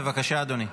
בבקשה, אדוני.